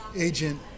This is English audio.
agent